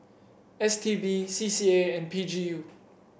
S T B C C A and P G U